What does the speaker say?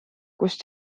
kust